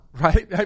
right